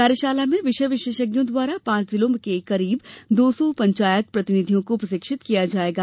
कार्यशाला में विषय विशेषज्ञों द्वारा पांच जिलों के करीब दौ सौ पंचायत प्रतिनिधियों को प्रशिक्षित किया जायेगा